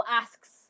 asks